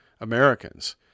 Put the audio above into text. Americans